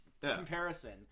comparison